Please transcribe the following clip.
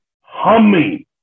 humming